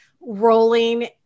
rolling